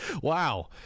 Wow